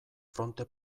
fronte